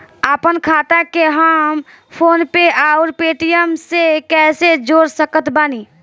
आपनखाता के हम फोनपे आउर पेटीएम से कैसे जोड़ सकत बानी?